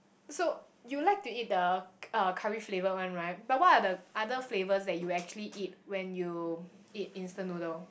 so you like to eat the uh curry flavoured one right but what are the other flavours that you actually eat when you eat instant noodle